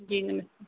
जी नमस्ते